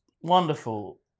Wonderful